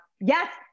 Yes